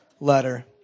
letter